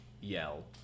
yell